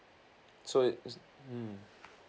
so is mm